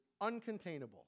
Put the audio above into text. uncontainable